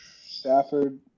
Stafford